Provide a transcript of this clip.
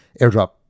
airdrop